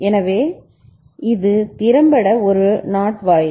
எனவே இது திறம்பட ஒரு NOT வாயில்